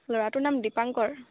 ল'ৰাটোৰ নাম দীপাংকৰ